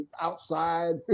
outside